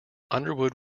underwood